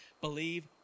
believe